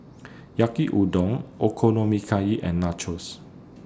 Yaki Udon Okonomiyaki and Nachos